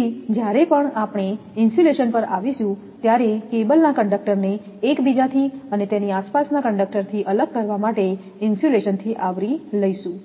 તેથી જ્યારે પણ આપણે ઇન્સ્યુલેશન પર આવીશું ત્યારે કેબલના કંડક્ટર ને એકબીજાથી અને તેના આસપાસના કંડક્ટર થી અલગ કરવા માટે ઇન્સ્યુલેશન થી આવરી લઈશું